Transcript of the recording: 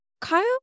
Kyle